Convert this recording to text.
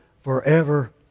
forever